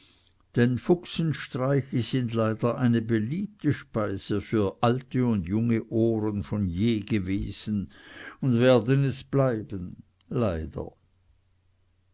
denn fuchsenstreiche sind leider eine beliebte speise für alte und junge ohren von je gewesen und werden es bleiben leider